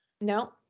No